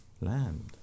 land